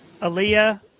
Aaliyah